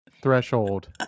Threshold